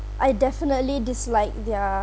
I definitely dislike their